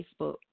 facebook